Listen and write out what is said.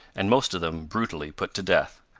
and most of them brutally put to death.